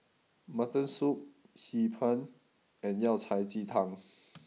Mutton Soup Hee Pan and Yao Cai Ji Tang